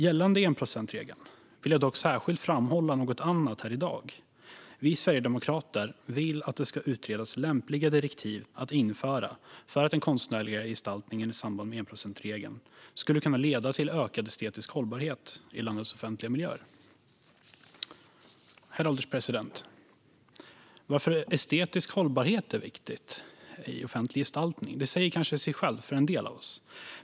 Gällande enprocentsregeln vill jag dock särskilt framhålla något annat här i dag: Vi sverigedemokrater vill att det ska utredas lämpliga direktiv att införa för att den konstnärliga gestaltningen i samband med enprocentsregeln skulle kunna leda till ökad estetisk hållbarhet i landets offentliga miljöer. Herr ålderspresident! Varför estetisk hållbarhet är viktigt i offentlig gestaltning säger kanske sig självt för en del av oss.